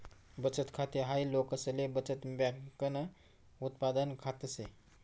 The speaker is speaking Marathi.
बचत खाते हाय लोकसले बचत बँकन उत्पादन खात से